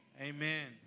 Amen